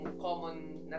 common